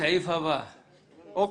אוקיי,